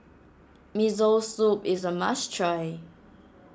Miso Soup is a must try